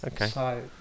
Okay